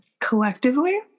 Collectively